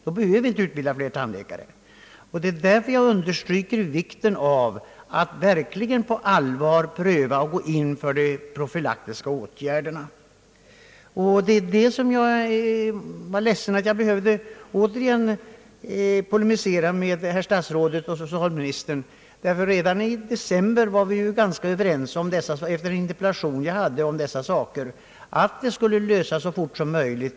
Det är därför jag understryker vikten av att verkligen på allvar pröva och gå in för profylaktiska åtgärder. Jag är ledsen att jag behöver polemisera med herr statsrådet och socialministern, ty redan i december efter min interpellation i detta ärende var vi ganska överens om att dessa problem skulle lösas så fort som möjligt.